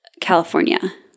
California